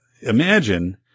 imagine –